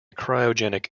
cryogenic